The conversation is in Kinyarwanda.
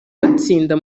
batsinda